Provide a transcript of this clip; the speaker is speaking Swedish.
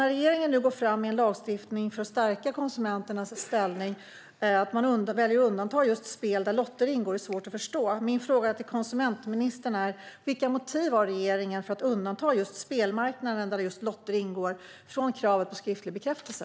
Regeringen går nu alltså fram med en lagstiftning för att stärka konsumenternas ställning men väljer att undanta spel där just lotter ingår. Det är svårt att förstå. Min fråga till konsumentministern är: Vilka motiv har regeringen för att undanta just spelmarknaden, där lotter ingår, från kravet på skriftlig bekräftelse?